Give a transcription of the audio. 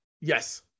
Yes